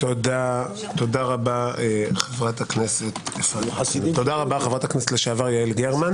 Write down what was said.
תודה רבה, חברת הכנסת לשעבר יעל גרמן.